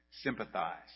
sympathize